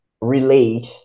relate